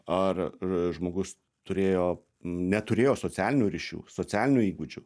ar žmogus turėjo neturėjo socialinių ryšių socialinių įgūdžių